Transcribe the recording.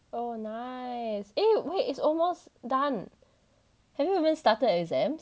oh nice eh wait it's almost done have you even started exams